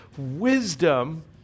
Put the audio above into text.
wisdom